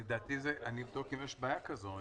אני אבדוק אם יש בעיה כזו.